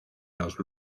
los